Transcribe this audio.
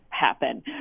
happen